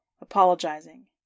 apologizing